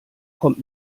kommt